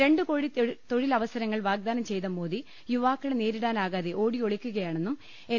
രണ്ടുകോടി തൊഴി ലവസരങ്ങൾ വാഗ്ദാനം ചെയ്ത മോദി യുവാക്കളെ നേരിടാനാകാതെ ഓടി യൊളിക്കുകയാണെന്നും എൻ